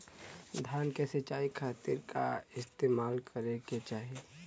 धान के सिंचाई खाती का इस्तेमाल करे के चाही?